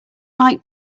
like